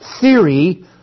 theory